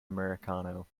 americano